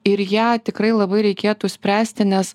ir ją tikrai labai reikėtų spręsti nes